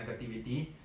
negativity